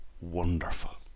wonderful